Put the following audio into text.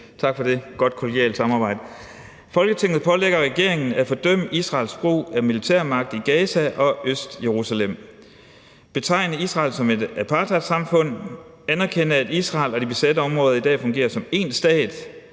følgende: Forslag til vedtagelse »Folketinget pålægger regeringen at: - fordømme Israels brug af militærmagt i Gaza og Østjerusalem, - betegne Israel som et apartheidsamfund, - anerkende, at Israel og de besatte områder i dag fungerer som én stat,